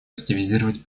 активизировать